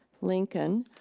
lincoln,